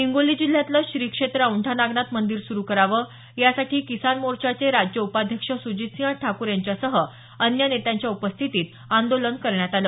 हिंगोली जिल्ह्यातलं श्री क्षेत्र औैंढानागनाथ मंदिर सुरु करावं यासाठी किसान मोर्चाचे राज्य उपाध्यक्ष सुरजीतसिंह ठाकूर यांच्यासह अन्य नेत्यांच्या उपस्थितीत आंदोलन करण्यात आलं